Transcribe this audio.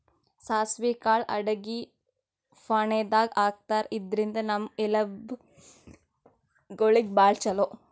ಸಾಸ್ವಿ ಕಾಳ್ ಅಡಗಿ ಫಾಣೆದಾಗ್ ಹಾಕ್ತಾರ್, ಇದ್ರಿಂದ್ ನಮ್ ಎಲಬ್ ಗೋಳಿಗ್ ಭಾಳ್ ಛಲೋ